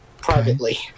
privately